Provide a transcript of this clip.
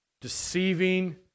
deceiving